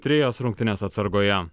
trejas rungtynes atsargoje